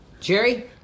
Jerry